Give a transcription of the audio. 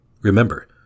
Remember